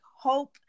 hope